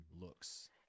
looks